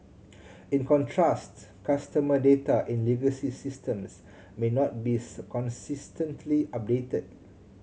in contrast customer data in legacy systems may not be consistently updated